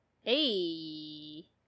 Hey